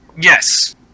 Yes